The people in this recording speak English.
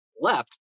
left